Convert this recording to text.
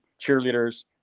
cheerleaders